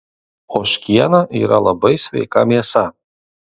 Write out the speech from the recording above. ožkiena yra labai sveika mėsa